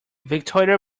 victoria